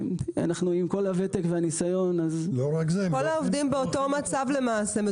עם כל הוותק והניסיון כל העובדים באותו מצב.